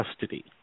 custody